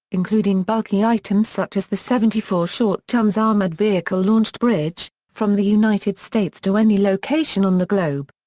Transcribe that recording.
including bulky items such as the seventy four short tons armored vehicle launched bridge, from the united states to any location on the globe.